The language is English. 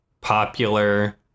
popular